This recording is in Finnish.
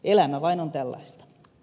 elämä vain on tällaista